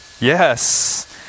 Yes